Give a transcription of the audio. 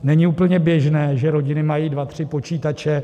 Není úplně běžné, že rodiny mají dva tři počítače.